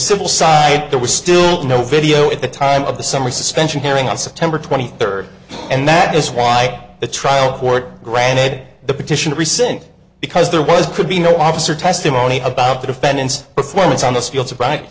civil side there was still no video at the time of the summer suspension hearing on september twenty third and that is why the trial court granted the petition to rescind because there was could be no officer testimony about the defendant's performance on the field